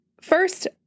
First